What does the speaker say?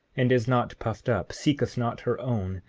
and is not puffed up, seeketh not her own,